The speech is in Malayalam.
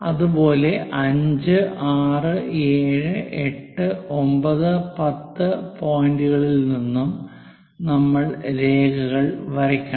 അതുപോലെ 5 6 7 8 9 10 പോയിന്റുകളിൽ നിന്നും നമ്മൾ രേഖകൾ വരയ്ക്കണം